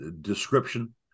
description